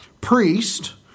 priest